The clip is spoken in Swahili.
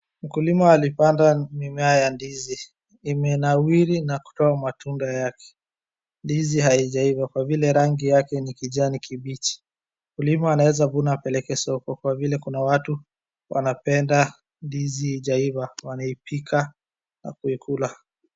Mkulima alipanda mimea ya ndizi, imenawiri na kutoa matunda yake. Ndizi haijaiva kwa vile rangi yake ni kijani kimbichi. Mkulima anaeza vuna apeleke soko kwa vile kuna watu wanapenda ndizi haijaiva, wanaipika na kuikula.